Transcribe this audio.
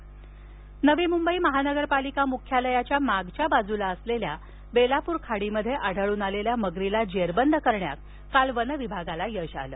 मगर नवी मुंबई महानगरपालिका मुंख्यालयाच्या मागच्या बाजूला असलेल्या बेलापूर खाडीत आढळून आलेल्या मगरीला जेरबंद करण्यात काल वन विभागाला यश आलं